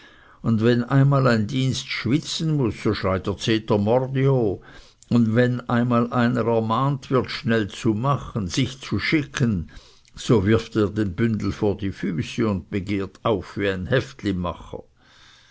und wenn einmal ein dienst schwitzen muß so schreit er zetermordio und wenn er einmal ermahnt wird schnell zu machen sich zu schicken so wirft er den bündel vor die füße und begehrt auf wie